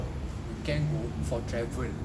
you can go for travel